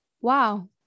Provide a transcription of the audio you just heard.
Wow